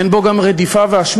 אין בו גם רדיפה והשמד,